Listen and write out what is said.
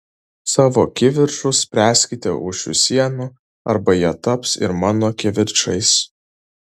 savo kivirčus spręskite už šių sienų arba jie taps ir mano kivirčais